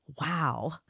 Wow